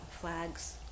flags